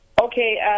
Okay